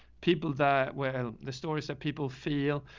people that, well, the stories that people feel